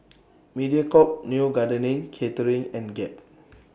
Mediacorp Neo Garden Catering and Gap